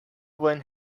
one